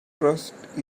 trust